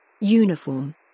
Uniform